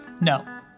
No